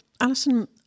Alison